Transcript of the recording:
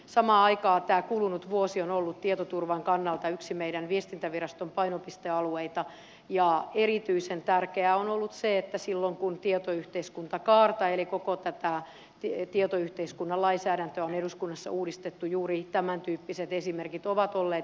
samaan aikaan tämä kulunut vuosi on ollut tietoturvan kannalta yksi meidän viestintäviraston painopistealueita ja erityisen tärkeää on ollut se että silloin kun tietoyhteiskuntakaarta eli koko tätä tietoyhteiskunnan lainsäädäntöä on eduskunnassa uudistettu juuri tämäntyyppiset esimerkit ovat olleet jo mielessä